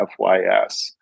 FYS